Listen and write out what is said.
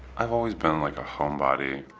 i've always been like a homebody.